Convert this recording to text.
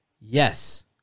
Yes